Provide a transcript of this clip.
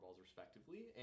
respectively